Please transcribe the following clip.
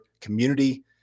community